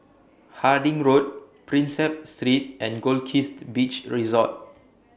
Harding Road Prinsep Street and Goldkist Beach Resort